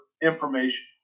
information